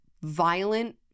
violent